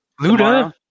Luda